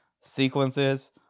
sequences